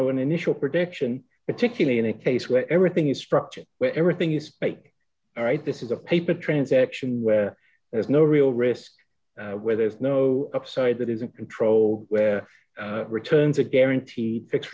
know an initial protection particularly in a case where everything is structured where everything is fake all right this is a paper transaction where there's no real risk where there's no upside that is in control returns a guaranteed six